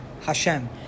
Hashem